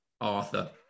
Arthur